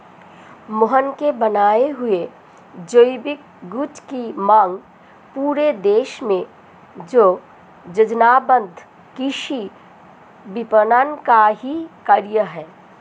मोहन के बनाए हुए जैविक गुड की मांग पूरे देश में यह योजनाबद्ध कृषि विपणन का ही कार्य है